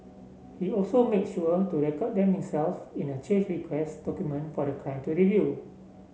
he also makes sure to record them himself in a change request document for the client to review